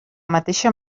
mateixa